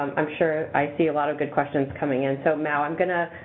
i'm sure i see a lot of good questions coming in. so, mao, i'm going to